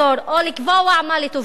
או לקבוע מה לטובתו?